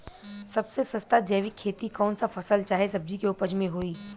सबसे सस्ता जैविक खेती कौन सा फसल चाहे सब्जी के उपज मे होई?